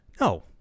no